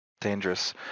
dangerous